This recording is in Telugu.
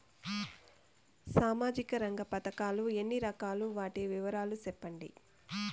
సామాజిక రంగ పథకాలు ఎన్ని రకాలు? వాటి వివరాలు సెప్పండి